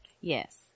Yes